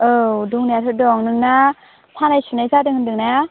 औ दंनायाथ' दं नोंना सानाय सुनाय जादों होनदों ना